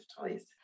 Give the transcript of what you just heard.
toys